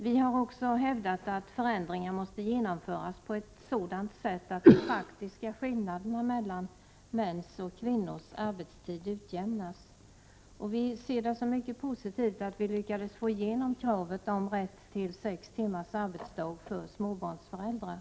Vi har också hävdat att förändringar måste genomföras på ett sådant sätt att de faktiska skillnaderna mellan mäns och kvinnors arbetstid utjämnas. Vi ser det som mycket positivt att vi lyckades få igenom kravet på rätt till sex timmars arbetsdag för småbarnsföräldrar.